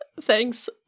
thanks